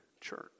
church